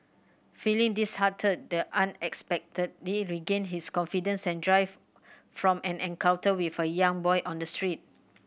feeling disheartened the unexpectedly regain his confidence and drive from an encounter with a young boy on the street